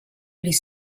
les